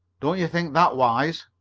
don't you think that wise?